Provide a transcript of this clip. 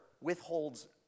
withholds